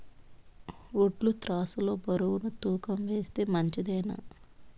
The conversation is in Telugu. వడ్లు త్రాసు లో బరువును తూకం వేస్తే మంచిదేనా?